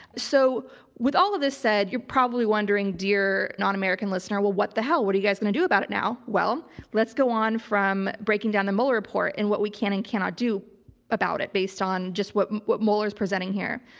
so with all of this said, you're probably wondering, dear non american listener, well what the hell, what are you guys gonna do about it now? well let's go on from breaking down the mueller report and what we can and cannot do about it based on just what what mueller is presenting here.